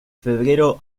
febrero